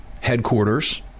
headquarters